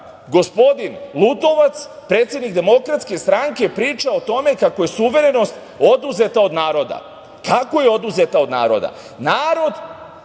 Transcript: gospodin Lutovac, predsednik DS priča o tome kako je suverenost oduzeta od naroda. Kako je oduzeta od naroda? Narod